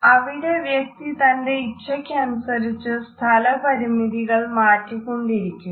അവിടെ വ്യക്തി തന്റെ ഇച്ഛക്കനുസരിച്ച് സ്ഥല പരിമിതികൾ മാറ്റിക്കൊണ്ടിരിക്കുന്നു